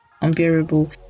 unbearable